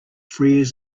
free